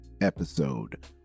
episode